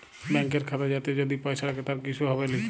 ব্যাংকের খাতা যাতে যদি পয়সা রাখে তার কিসু হবেলি